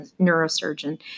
neurosurgeon